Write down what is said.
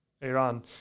Iran